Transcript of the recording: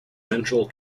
central